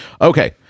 Okay